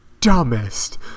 dumbest